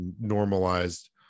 normalized